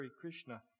Krishna